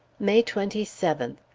may twenty seventh.